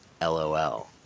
LOL